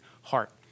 heart